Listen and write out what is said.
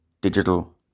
digital